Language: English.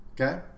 Okay